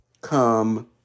come